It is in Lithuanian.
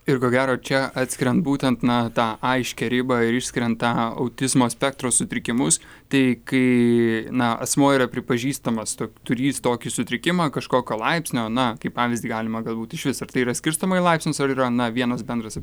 ir ko gero čia atskiriant būtent na tą aiškią ribą ir išskiriant tą a autizmo spektro sutrikimus tai kai na asmuo yra pripažįstamas tok turįs tokį sutrikimą kažkokio laipsnio na kaip pavyzdį galima galbūt išvis ar tai yra skirstoma į laipsnius ar yra na vienas bendras